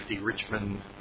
Richmond